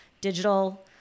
digital